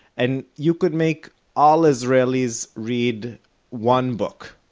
and you could make all israelis read one book,